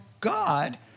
God